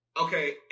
Okay